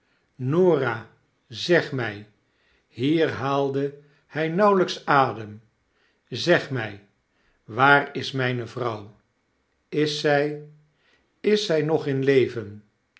norah zeg mij hier haalde hi nauwelps adem zeg mij waar is nape vrouw is zy is zij nog in leven